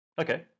Okay